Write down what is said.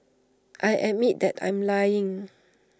I admit that I'm lying